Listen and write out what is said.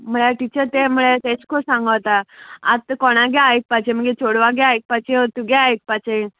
म्हळ्यार टिचर तें म्हळ्यार तेजको सांगोता आतां कोणागे आयकपाचें म्हणजे चेडवागे आयकपाचें तुगे आयकपाचें